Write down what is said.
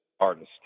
artist